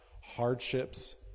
hardships